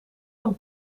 een